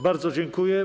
Bardzo dziękuję.